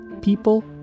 people